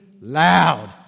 loud